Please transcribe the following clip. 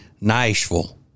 Nashville